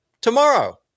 tomorrow